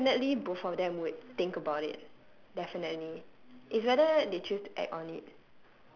definitely both of them would think about it definitely it's whether they choose to act on it